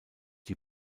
die